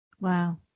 Wow